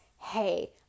hey